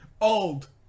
Old